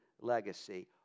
legacy